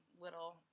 little